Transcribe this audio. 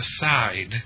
aside